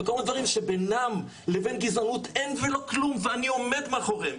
וכמובן דברים שבינם לבין גזענות אין ולא כלום ואני עומד מאחוריהם.